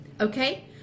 okay